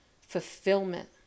fulfillment